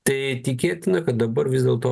tai tikėtina kad dabar vis dėlto